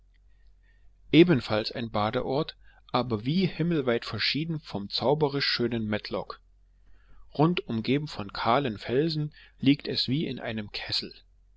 ebenfalls ein badeort aber wie himmelweit verschieden vom zauberisch schönen matlock rund umgeben von kahlen felsen liegt es wie in einem kessel